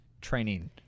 training